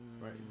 right